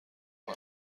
کنم